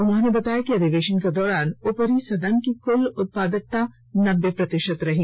उन्होंने बताया कि अधिवेशन के दौरान उपरी सदन की कुल उत्पादकता नब्बे प्रतिशत रही